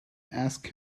ask